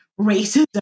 racism